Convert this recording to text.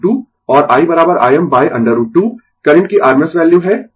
और IIm √ 2 current की rms value है